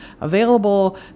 available